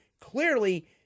clearly